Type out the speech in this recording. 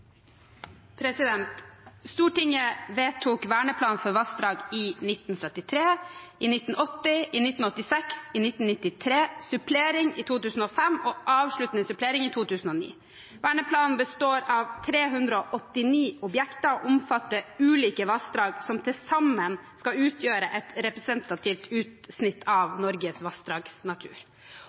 i 1993 – med supplering i 2005 og avsluttende supplering i 2009. Verneplanen består av 389 objekter og omfatter ulike vassdrag som til sammen skal utgjøre et representativt utsnitt av Norges vassdragsnatur.